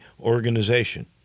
organization